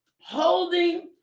holding